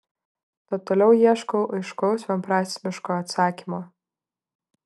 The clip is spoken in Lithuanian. tad toliau ieškau aiškaus vienprasmiško atsakymo